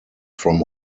from